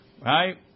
Right